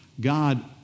God